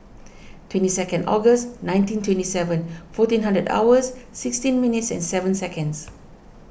twenty second August nineteen twenty seven fourteen hundred hours sixteen minutes and seven seconds